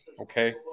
Okay